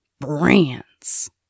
Brands